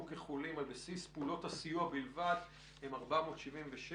כחולים על בסיס פעולות הסיוע בלבד הם 477,